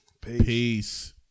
peace